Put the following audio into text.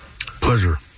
Pleasure